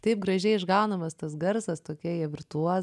taip gražiai išgaunamas tas garsas tokie jie virtuozai